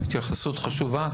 התייחסות חשובה.